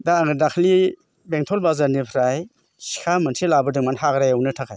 दा आङो दाख्लि बेंटल बाजारनिफ्राय सिखा मोनसे लाबोदोंमोन हाग्रा एवनो थाखाय